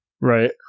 right